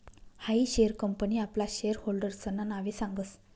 हायी share company आपला share होल्डर्सना नावे सांगस